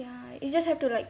ya you just have to like